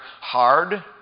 hard